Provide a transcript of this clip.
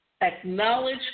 acknowledge